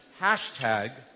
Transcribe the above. hashtag